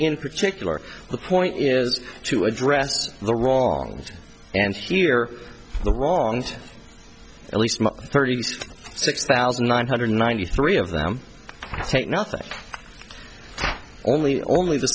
in particular the point is to address the wrong and here the wrong at least thirty six thousand nine hundred ninety three of them take nothing only only the